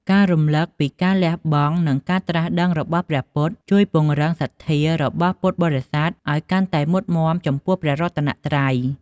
ការរំលឹកពីការលះបង់ និងការត្រាស់ដឹងរបស់ព្រះអង្គ ជួយពង្រឹងសទ្ធា របស់ពុទ្ធបរិស័ទឱ្យកាន់តែមុតមាំចំពោះព្រះរតនត្រ័យ។